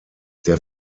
der